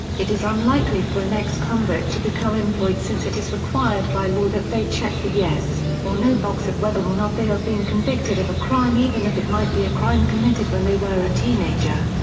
it is unlikely for an ex-convict to become employed since it is required by law that they check the yes or no box of whether or not they have been convicted of a crime even if it might be a crime committed when they were a teenager.